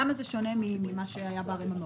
למה זה שונה ממה שהיה בערים המעורבות?